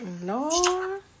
No